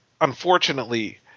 unfortunately